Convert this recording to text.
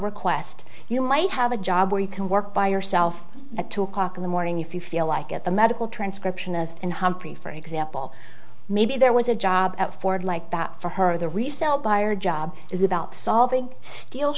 request you might have a job where you can work by yourself at two o'clock in the morning if you feel like it the medical transcriptionist in humphrey for example maybe there was a job at ford like that for her the resale buyer job is about solving s